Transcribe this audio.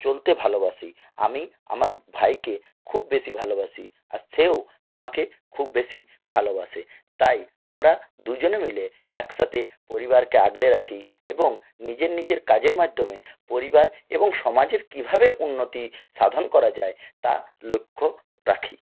চলতে ভালোবাসি আমি আমার ভাইকে খুব বেশি ভালোবাসি আর সেও আমাকে খুব বেশি ভালোবাসে তাই আমরা দুজনে মিলে একসাথে পরিবারকে আগলে রাখি এবং নিজের নিজের কাজের মাধ্যমে পরিবার এবং সমাজের কীভাবে উন্নতি সাধন করা যায় তা লক্ষ রাখি